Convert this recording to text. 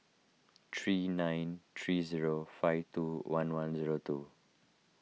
three nine three zero five two one one zero two